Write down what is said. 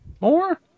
more